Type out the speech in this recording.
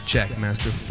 Jackmaster